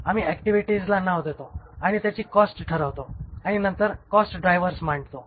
आम्ही ऍक्टिव्हिटीला नाव देतो आणि त्याची कॉस्ट ठरवतो आणि नंतर कॉस्ट ड्राइव्हर मांडतो